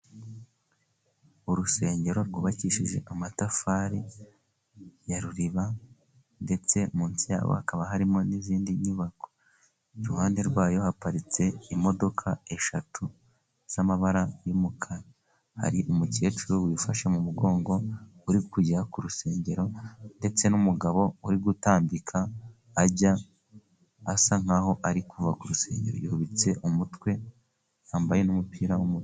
Urusengero rwubakishije amatafari ya ruriba ,ndetse munsi yarwo hakaba harimo n'izindi nyubako, iruhande rwayo haparitse imodoka eshatu z'amabara y'umukara, hari umukecuru wifashe mu mugongo, uri kujya ku rusengero ndetse n'umugabo uri gutambika ajya asa nk'aho ari kuva ku rusengero, yubitse umutwe yambaye n'umupira w'umukara.